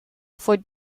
voor